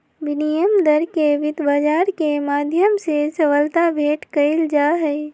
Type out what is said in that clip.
विनिमय दर के वित्त बाजार के माध्यम से सबलता भेंट कइल जाहई